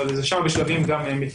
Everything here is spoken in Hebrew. אבל אפשר בשלבים גם מתקדמים.